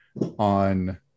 on